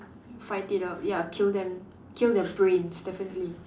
fight it out ya kill them kill their brains definitely